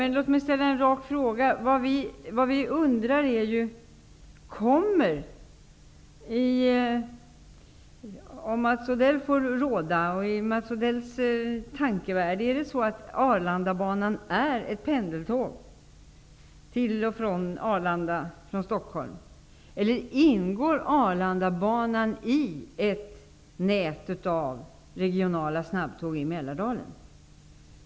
Låt mig ställa en rak fråga. Är det så i Mats Odells tankevärld, och om han får råda, att Arlandabanan är detsamma som ett pendeltåg till och från Stockholm? Eller ingår Arlandabanan i ett nät av regionala snabbtåg i Mälardalen?